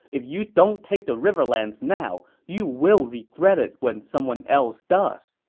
if you don't take the riverlands now, you will regret it when someone else does.